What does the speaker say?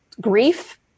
Grief